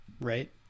Right